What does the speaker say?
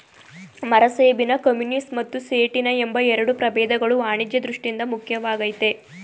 ಮರಸೇಬಿನ ಕಮ್ಯುನಿಸ್ ಮತ್ತು ಸೇಟಿನ ಎಂಬ ಎರಡು ಪ್ರಭೇದಗಳು ವಾಣಿಜ್ಯ ದೃಷ್ಠಿಯಿಂದ ಮುಖ್ಯವಾಗಯ್ತೆ